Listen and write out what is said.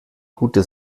gute